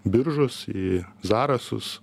biržus į zarasus